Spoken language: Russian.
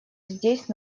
здесь